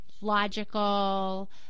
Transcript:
logical